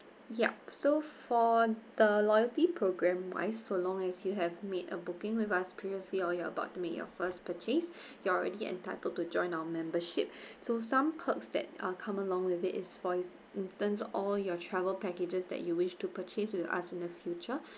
yup so for the loyalty program wise so long as you have made a booking with us previously or you're about to make your first purchase you are already entitled to join our membership so some perks that uh come along with it it's for instance all your travel packages that you wish to purchase with us in the future